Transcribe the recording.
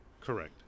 Correct